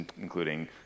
including